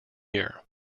year